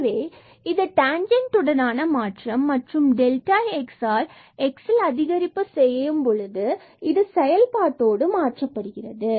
எனவே இது டேன்ஜெண்ட்டுடனான மாற்றம் மற்றும் டெல்டா x ஆல் x இல் அதிகரிப்பு செய்யும்போது இது செயல்பாட்டோடு மாற்றப்படுகிறது